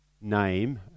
name